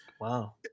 Wow